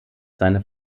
seine